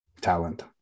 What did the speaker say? talent